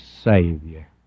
Savior